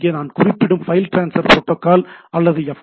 அங்கே நாம் குறிப்பிடும் ஃபைல் டிரான்ஸ்ஃபர் புரோட்டோக்கால் அல்லது எஃப்